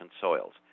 soils